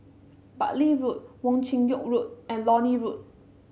Bartley Road Wong Chin Yoke Road and Lornie Road